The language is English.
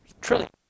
trillion